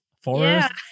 forest